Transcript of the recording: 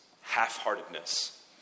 half-heartedness